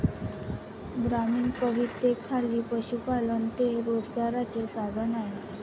ग्रामीण कवितेखाली पशुपालन हे रोजगाराचे साधन आहे